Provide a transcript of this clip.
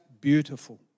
Beautiful